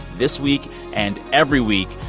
this week and every week,